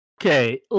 Okay